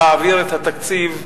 להעביר את התקציב,